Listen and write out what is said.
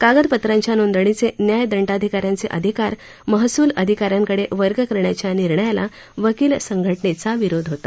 कागदपत्रांच्या नोंदणीचे न्यायदंडाधिकाऱ्यांचे अधिकार महसूल अधिकाऱ्यांकडे वर्ग करण्याच्या निर्णयाला वकील संघटनेचा विरोध होता